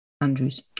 andrews